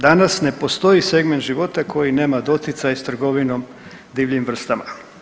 Danas ne postoji segment života koji nema doticaj sa trgovinom divljim vrstama.